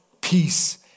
peace